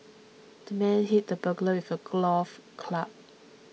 the man hit the burglar with a golf club